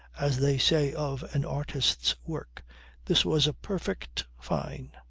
as they say of an artist's work this was a perfect fyne.